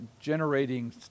generating